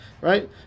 Right